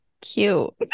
Cute